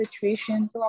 situation